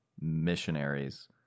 missionaries